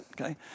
okay